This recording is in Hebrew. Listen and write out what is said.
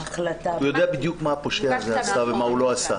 הוא יודע בדיוק מה הפושע הזה עשה ומה הוא לא עשה,